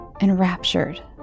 enraptured